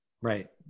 Right